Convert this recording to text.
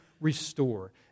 restore